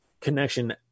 connection